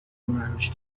براش